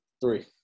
three